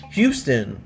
Houston